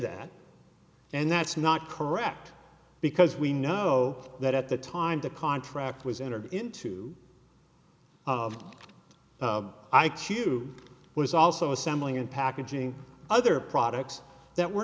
that and that's not correct because we know that at the time the contract was entered into of i q was also assembling in packaging other products that were